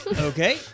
okay